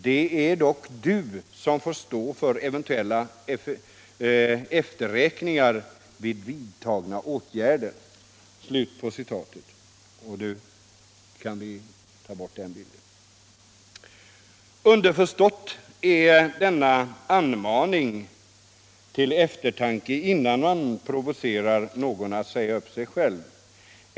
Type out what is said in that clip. Det är dock Du själv som får stå för eventuella etfterverkningar av vidtagen åtgärd.” Underförstått är denna anmaning till eftertanke, innan företaget provocerar någon att säga upp sig själv.